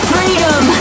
Freedom